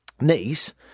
niece